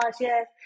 Yes